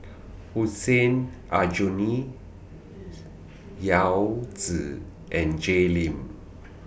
Hussein Aljunied Yao Zi and Jay Lim